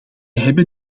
hebben